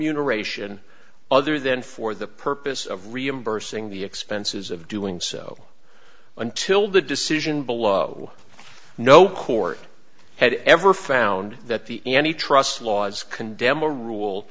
eration other than for the purpose of reimbursing the expenses of doing so until the decision below no court had ever found that the any trust laws condemn a rule